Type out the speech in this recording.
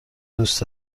دوست